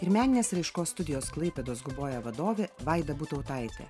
ir meninės raiškos studijos klaipėdos guboja vadovė vaida butautaitė